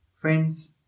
friends